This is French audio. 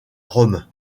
rome